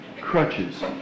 crutches